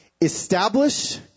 establish